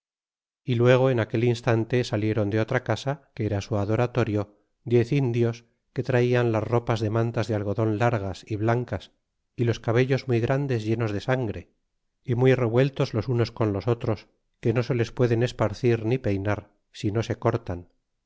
y leego en aquel instante salieron de otra casa que era su adoratorio diez indios que traian las ropas de mantas de algodon largas y blancas y los cabellos muy grandes llenos de sangre y muy revueltos los unos con los otros que no se les pueden esparcir ni peynar si no se cortan